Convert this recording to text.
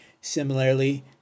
Similarly